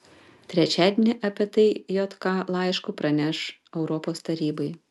trečiadienį apie tai jk laišku praneš europos tarybai